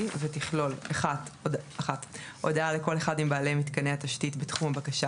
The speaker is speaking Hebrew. ותכלול: הודעה לכל אחד מבעלי מתקני התשתית בתחום הבקשה